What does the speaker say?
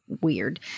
weird